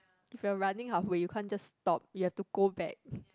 if you're running halfway you can't just stop you have to go back